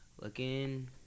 looking